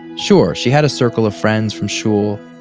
sure, she had a circle of friends from shul.